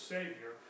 Savior